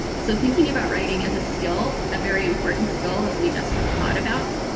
so thinking about writing as a skill, a very important skill as we just thought about,